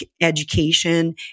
education